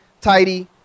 tidy